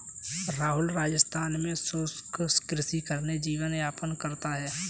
राहुल राजस्थान में शुष्क कृषि करके जीवन यापन करता है